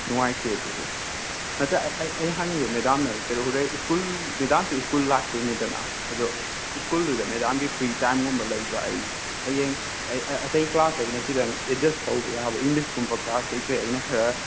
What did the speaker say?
ꯅꯨꯡꯉꯥꯏꯇꯦ ꯑꯗꯨꯁꯨ ꯅꯠꯇꯦ ꯑꯩ ꯑꯩ ꯍꯪꯉꯤꯁꯦ ꯃꯦꯗꯥꯝꯅ ꯀꯩ ꯍꯣꯔꯦꯟ ꯁ꯭ꯀꯨꯜ ꯃꯦꯗꯥꯝꯁꯨ ꯁ꯭ꯀꯨꯜ ꯂꯥꯛꯇꯣꯏꯅꯤꯗꯅ ꯑꯗꯣ ꯁ꯭ꯀꯨꯜꯗꯨꯗ ꯃꯦꯗꯥꯝꯒꯤ ꯐ꯭ꯔꯤ ꯇꯥꯏꯝꯒꯨꯝꯕ ꯂꯩꯕ꯭ꯔꯥ ꯑꯩ ꯍꯌꯦꯡ ꯑꯩ ꯑꯩ ꯑꯇꯩ ꯀ꯭ꯂꯥꯁꯇ ꯑꯩꯅ ꯈꯤꯇꯪ ꯑꯦꯗꯖꯁ ꯇꯧꯕ ꯌꯥꯕ ꯏꯪꯂꯤꯁꯀꯨꯝꯕ ꯀ꯭ꯂꯥꯁ ꯀꯩꯀꯩ ꯑꯩꯅ ꯈꯔ